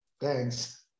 Thanks